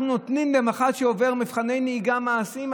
אחד שעובר מבחני נהיגה מעשיים,